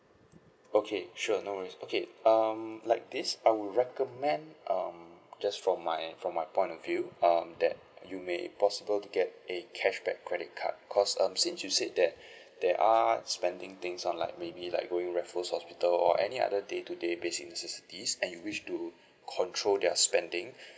okay sure no worries okay um like this I would recommend um just from my from my point of view um that you may possible to get a cashback credit card because um since you said that they are spending things on like maybe like going referral hospital or any other day to day basis is this and you wish to control their spending